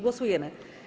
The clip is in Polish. Głosujemy.